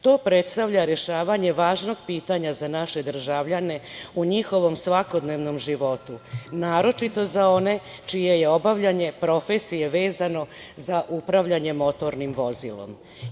To predstavlja rešavanje važnog pitanja za naše državljane u njihovom svakodnevnom životu, naročito za one čije je obavljanje profesije vezano za upravljanje motornim vozilom.